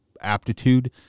aptitude